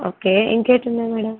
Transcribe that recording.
okay ఇంకేంటి ఉన్నాయి madam